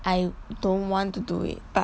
I don't want to do it but